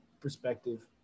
perspective